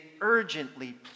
urgently